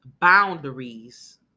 boundaries